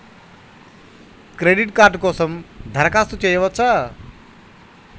Credit card కోసం దరఖాస్తు చేయవచ్చా?